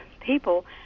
people